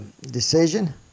decision